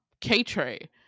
K-Tray